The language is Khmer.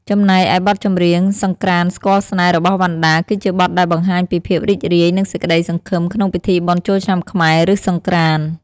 ចំណែកឯបទចម្រៀង សង្រ្កាន្តស្គាល់ស្នេហ៍ របស់វណ្ណដា គឺជាបទដែលបង្ហាញពីភាពរីករាយ និងសេចក្តីសង្ឃឹមក្នុងពិធីបុណ្យចូលឆ្នាំខ្មែរ ឬ សង្រ្កាន្ត។